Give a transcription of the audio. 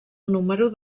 número